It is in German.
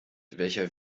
welcher